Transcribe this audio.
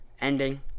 ending